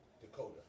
Dakota